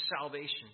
salvation